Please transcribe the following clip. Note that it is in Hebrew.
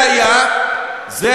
אז למה לא ללכת עד הסוף?